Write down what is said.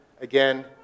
again